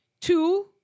Two